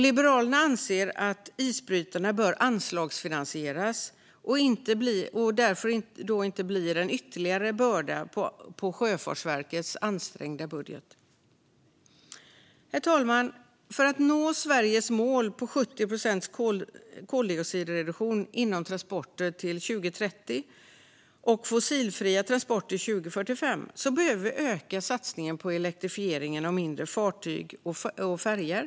Liberalerna anser att isbrytarna bör anslagsfinansieras och därmed inte bli ytterligare en börda på Sjöfartsverkets ansträngda budget. Herr talman! För att nå Sveriges mål om 70 procents koldioxidreduktion inom transporter till 2030 och fossilfria transporter till 2045 behöver vi öka satsningen på elektrifiering av mindre fartyg och färjor.